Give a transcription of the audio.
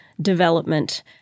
development